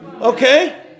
okay